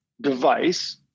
device